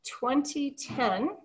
2010